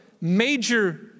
major